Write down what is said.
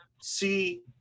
see